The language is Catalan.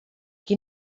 qui